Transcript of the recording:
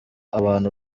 abantu